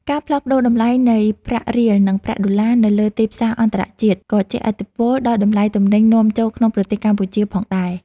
ការផ្លាស់ប្តូរតម្លៃនៃប្រាក់រៀលនិងប្រាក់ដុល្លារនៅលើទីផ្សារអន្តរជាតិ ក៏ជះឥទ្ធិពលដល់តម្លៃទំនិញនាំចូលក្នុងប្រទេសកម្ពុជាផងដែរ។